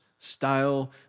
style